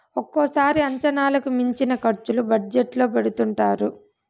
ఒక్కోసారి అంచనాలకు మించిన ఖర్చులు బడ్జెట్ లో పెడుతుంటారు